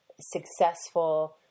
successful